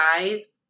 guys